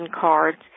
cards